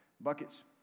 buckets